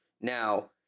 Now